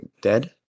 dead